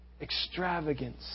Extravagance